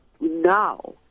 now